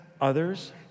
others